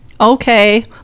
okay